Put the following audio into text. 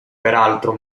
peraltro